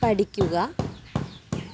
പഠിക്കുക